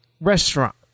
restaurant